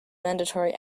mandatory